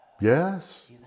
Yes